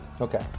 Okay